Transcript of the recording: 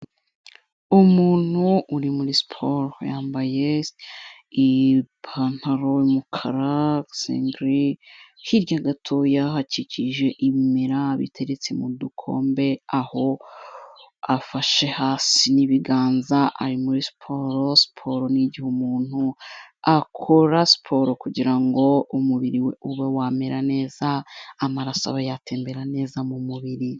Umuntu uri muri siporo yambaye se ipantaro y'umukara asegeri, hirya gatoya hakikije imera biteretse mu dukombe aho afashe hasi n'ibiganza ari muri siporo, siporo ni igihe umuntu akora siporo kugira ngo umubiri we ube wamera neza, amaraso abe yatembera neza mu mubiri.